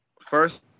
first